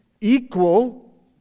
equal